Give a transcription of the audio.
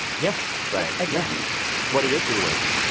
yeah right. again what are your three words?